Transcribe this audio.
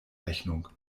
rechnung